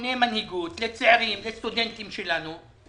למכוני מנהיגות לצעירים ולסטודנטים שלנו,